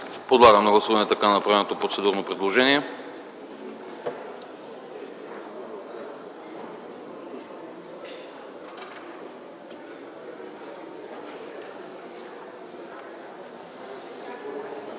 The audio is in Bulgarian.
Подлагам на гласуване направеното процедурно предложение.